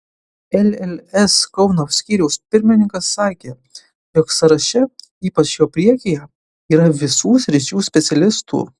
lls kauno skyriaus pirmininkas sakė jog sąraše ypač jo priekyje yra visų sričių specialistų